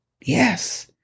Yes